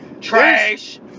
Trash